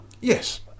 Yes